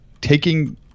Taking